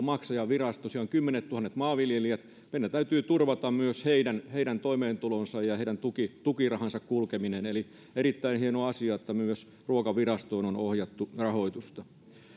maksajavirasto kymmenilletuhansille maanviljelijöille meidän täytyy turvata myös heidän heidän toimeentulonsa ja heidän tukirahansa kulkeminen eli erittäin hieno asia että myös ruokavirastoon on ohjattu rahoitusta